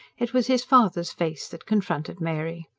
it was his father's face that confronted mary.